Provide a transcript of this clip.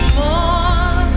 more